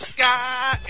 Sky